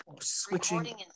switching